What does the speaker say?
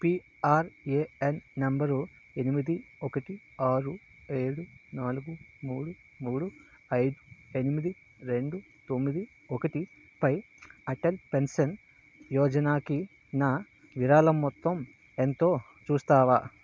PRAN number ఎనిమిది ఒకటి ఆరు ఏడు నాలుగు మూడు మూడు ఐదు ఎనిమిది రెండు తొమ్మిది ఒకటి పై అటల్ పెన్షన్ యోజనాకి నా విరాళం మొత్తం ఎంతో చూస్తావా